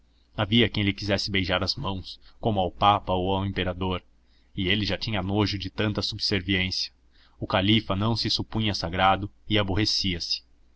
havia quem lhe quisesse beijar as mãos como ao papa ou a um imperador e ele já tinha nojo de tanta subserviência o califa não se supunha sagrado e aborrecia-se